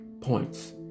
points